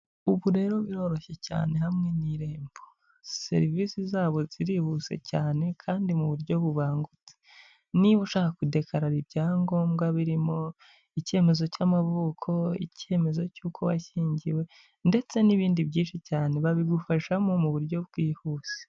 Ubu rero biroroshye cyane hamwe n'Irembo. Serivisi zabo zirihuse cyane kandi mu buryo bubangutse. Niba ushaka kudekarara ibyangombwa birimo icyemezo cy'amavuko, icyemezo cy'uko washyingiwe, ndetse n'ibindi byinshi cyane, babigufashamo mu buryo bwihuse.